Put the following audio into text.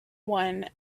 one